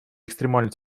экстремальной